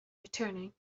returning